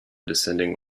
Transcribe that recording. descending